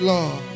Lord